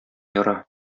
яра